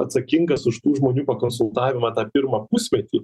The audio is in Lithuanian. atsakingas už tų žmonių konsultavimą tą pirmą pusmetį